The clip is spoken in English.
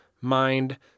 mind